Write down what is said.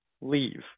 leave